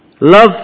Love